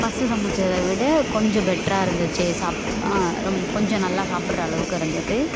first சமைச்சத விட கொஞ்சம் பெட்டராக இருந்துச்சு சாப் ரொம்ப கொஞ்சம் நல்லா சாப்பிட்ற அளவுக்கு இருந்தது